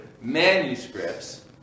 manuscripts